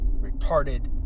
retarded